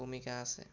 ভূমিকা আছে